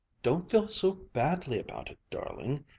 don't feel so badly about it, darling.